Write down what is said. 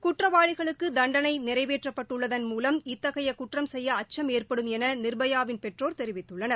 குற்றவாளிகளுக்கு தண்டனை நிறைவேற்றப்பட்டுள்ளதன் மூலம் இத்தகைய குற்றம் செயய அச்சும் ஏற்படும் என நிர்பயாவின் பெற்றோர் தெரிவித்துள்ளனர்